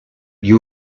you